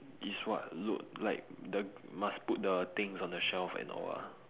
is what load like the must put the things on the shelf and all ah